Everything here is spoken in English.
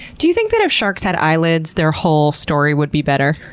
do you think that if sharks had eyelids, their whole story would be better?